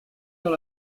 dans